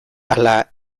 ala